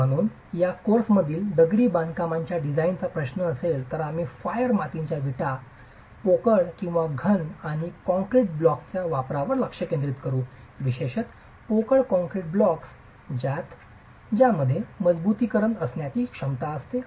म्हणून या कोर्समधील दगडी बांधकामांच्या डिझाइनचा प्रश्न असेल तर आम्ही फायर मातीच्या विटा पोकळ किंवा घन आणि कंक्रीट ब्लॉकच्या वापरावर लक्ष केंद्रित करू विशेषत पोकळ कॉंक्रीट ब्लॉक्स ज्यात त्यामध्ये मजबुतीकरण आणण्याची शक्यता असते